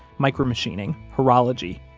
micro machining, horology,